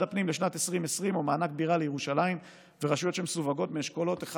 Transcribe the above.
הפנים בשנת 2020 או מענק בירה לירושלים ורשויות שמסווגות באשכולות 1